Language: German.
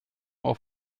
auf